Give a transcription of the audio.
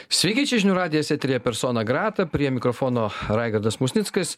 sveiki čia žinių radijas eteryje persona grata prie mikrofono raigardas musnickas